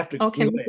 Okay